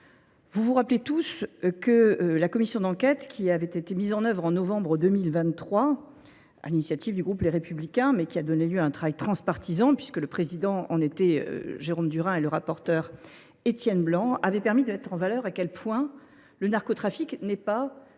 Vous vous rappelez tous que la commission d'enquête, qui avait été mise en œuvre en novembre 2023, à l'initiative du groupe Les Républicains, mais qui a donné lieu à un travail transpartisan, puisque le président en était Jérôme Durin et le rapporteur Étienne Blanc, avait permis de mettre en valeur à quel point le narcotrafique n'est pas